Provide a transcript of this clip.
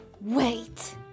Wait